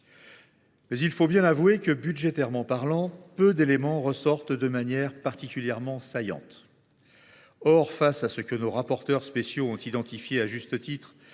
il faut bien avouer que, budgétairement parlant, peu d’éléments ressortent de manière particulièrement saillante. Or, face à ce que nos rapporteurs spéciaux ont identifié à juste titre